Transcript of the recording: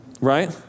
right